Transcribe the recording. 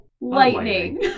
Lightning